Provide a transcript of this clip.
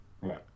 Right